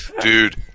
dude